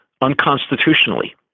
unconstitutionally